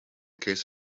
case